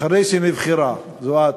אחרי שנבחרה, זו את,